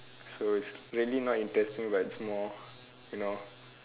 so it's really not interesting but it's more you know